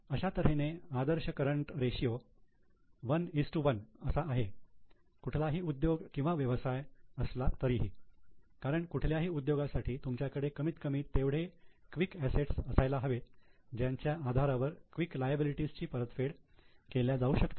अशा तऱ्हेने आदर्श करंट रेशियो 11 आहे कुठलाही उद्योगव्यवसाय असला तरीही कारण कुठल्याही उद्योगासाठी तुमच्याकडे कमीत कमी तेवढे क्विक असेट्स असायला हवे ज्याच्या आधारावर क्विक लायबिलिटी ची परतफेड केल्या जाऊ शकते